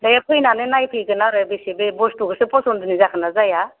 बेयो फैनानै नायफैगोन आरो बेसे बे बुस्टुखौसो फसन्थनि जोगोन ना जाया